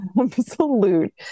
absolute